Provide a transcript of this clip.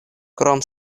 krom